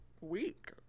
week